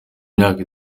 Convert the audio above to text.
imyaka